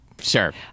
Sure